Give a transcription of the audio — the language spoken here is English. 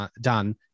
done